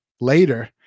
later